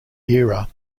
era